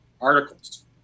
articles